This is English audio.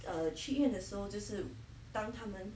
err 去医院的时候就是当他们